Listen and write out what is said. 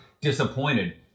disappointed